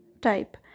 type